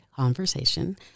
Conversation